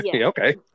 okay